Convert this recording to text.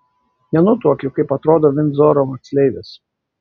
nenutuokiu kaip atrodo vindzoro moksleivės